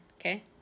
okay